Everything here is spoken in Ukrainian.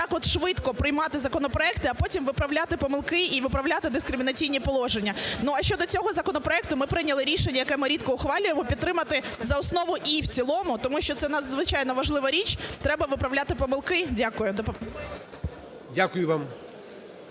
отак от швидко приймати законопроекти, а потім виправляти помилки і виправляти дискримінаційні положення. Ну, а щодо цього законопроекту, ми прийняли рішення, яке ми рідко ухвалюємо, підтримати за основу і в цілому, тому що це надзвичайно важлива річ, треба виправляти помилки. Дякую. ГОЛОВУЮЧИЙ.